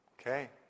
Okay